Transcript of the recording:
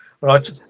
Right